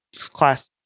class